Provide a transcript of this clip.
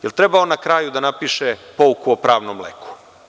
Da li treba on na kraju da napiše pouku o pravnom leku?